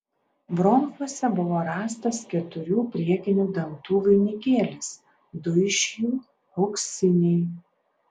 bronchuose buvo rastas keturių priekinių dantų vainikėlis du iš jų auksiniai